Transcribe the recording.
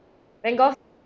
van gogh